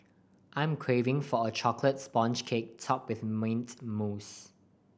I'm craving for a chocolate sponge cake topped with mint mousse